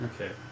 Okay